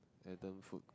Adam food